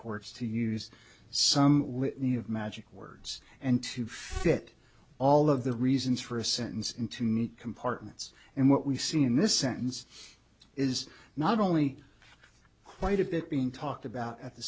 courts to use some magic words and to fit all of the reasons for a sentence into neat compartments and what we see in this sentence is not only quite a bit being talked about at the